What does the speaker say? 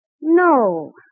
No